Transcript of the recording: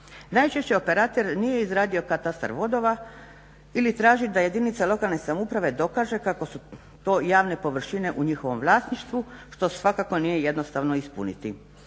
Najčešće operater nije izradio katastar vodova ili traži da jedinica lokalne samouprave dokaže kako su to javne površine u njihovom vlasništvu što svakako nije jednostavno ispuniti.